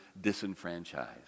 disenfranchised